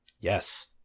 Yes